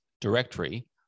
directory